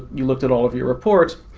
you looked at all of your reports,